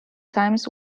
times